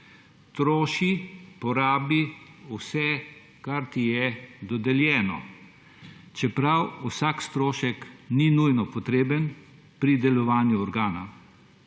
troši, porabi vse, kar ti je dodeljeno. Čeprav vsak strošek ni nujno potreben pri delovanju organa,